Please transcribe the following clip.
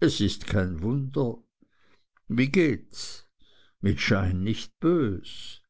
es ist kein wunder wie gehts mit schein nicht bös